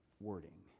wording